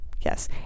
yes